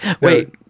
Wait